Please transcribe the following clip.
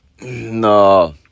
no